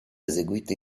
eseguito